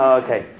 okay